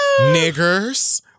niggers